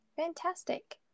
Fantastic